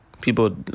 People